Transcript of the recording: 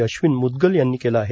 अश्विन मुदगल यांनी केलं आहे